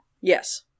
Yes